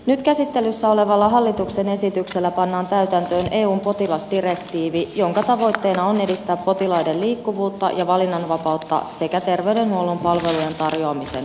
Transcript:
nyt käsittelyssä olevalla hallituksen esityksellä pannaan täytäntöön eun potilasdirektiivi jonka tavoitteena on edistää potilaiden liikkuvuutta ja valinnanvapautta sekä terveydenhuollon palvelujen tarjoamisen vapautta